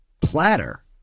platter